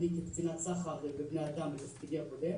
אני כקצינת סחר בבני אדם בתפקידי הקודם.